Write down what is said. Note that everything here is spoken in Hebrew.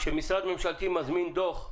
כשמשרד ממשלתי מזמין דוח,